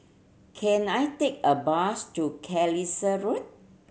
can I take a bus to Carlisle Road